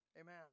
amen